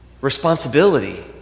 responsibility